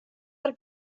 per